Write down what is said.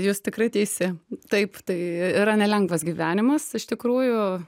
jūs tikrai teisi taip tai yra nelengvas gyvenimas iš tikrųjų